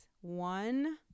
One